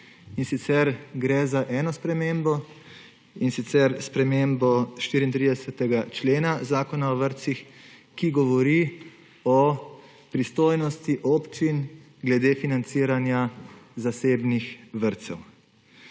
in sicer gre za eno spremembo, in sicer spremembo 34. člena Zakona o vrtcih, ki govori o pristojnosti občin glede financiranja zasebnih vrtcev.